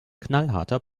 knallharter